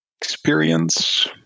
Experience